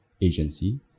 agency